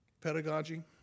pedagogy